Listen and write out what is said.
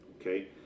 okay